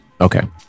Okay